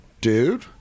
DUDE